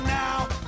now